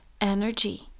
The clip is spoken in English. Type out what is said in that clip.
energy